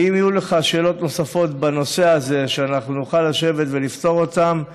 ואם יהיו לך שאלות נוספות בנושא הזה שאנחנו נוכל לשבת ולפתור אותן,